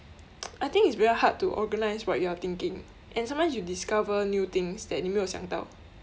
I think it's very hard to organise what you are thinking and sometimes you discover new things that 你没有想到